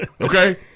Okay